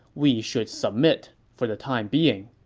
we should submit for the time being.